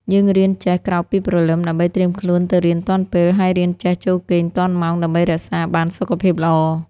យើងរៀនចេះក្រោកពីព្រលឹមដើម្បីត្រៀមខ្លួនទៅរៀនទាន់ពេល ហើយរៀនចេះចូលគេងទាន់ម៉ោងដើម្បីរក្សាបានសុខភាពល្អ។